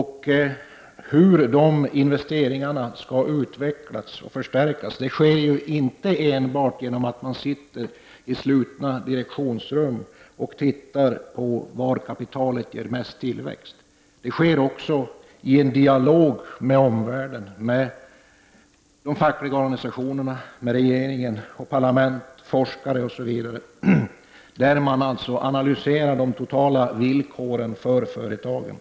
Hur skall de investeringarna utvecklas och förstärkas? Det sker inte enbart genom att man sitter i slutna direktionsrum och ser var kapitalet ger mest tillväxt. Det sker också i en dialog med omvärlden — med de fackliga organisationerna, med regering, parlament, forskare osv. — där man analyserar de totala villkoren för företagen.